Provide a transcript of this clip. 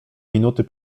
minuty